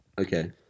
Okay